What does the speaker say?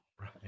Right